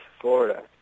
Florida